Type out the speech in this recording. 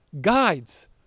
guides